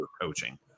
coaching